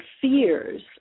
fears